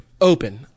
open